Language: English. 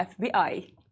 FBI